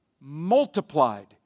Multiplied